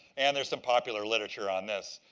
and there's some popular literature on this.